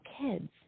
kids